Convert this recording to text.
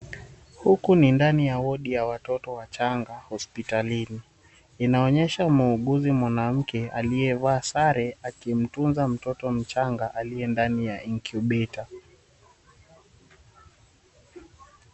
Huku ni ndani ya wodi ya watoto wachanga hospitalini inaonyesha muuguzi mwanamke aliyevaa sare akimtunza mtoto mchanga aliye ndani ya incubator .